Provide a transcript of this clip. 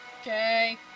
Okay